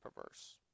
perverse